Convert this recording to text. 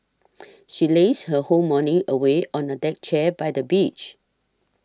she lazed her whole morning away on a deck chair by the beach